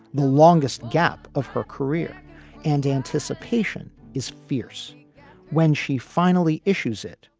the longest gap of her career and anticipation is fierce when she finally issues it,